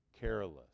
careless